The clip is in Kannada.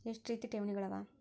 ಎಷ್ಟ ರೇತಿ ಠೇವಣಿಗಳ ಅವ?